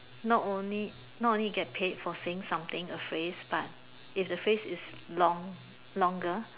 not only not only get paid for saying something a phrase but if the phrase is long longer